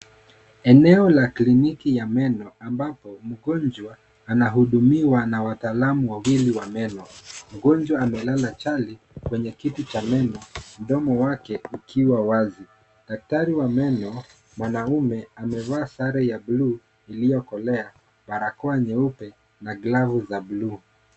Eneo la kliniki ya meno ambapo mgonjwa anahudumiwa na wataalamu wawili wa meno, mgonjwa amelala chali kwenye kiti cha meno, mdomo wake ukiwa wazi, daktari wa meno mwanaume amevaa sare ya bluu iliokolea barakoa nyeupe na glavu za bluu.